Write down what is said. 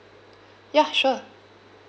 ya sure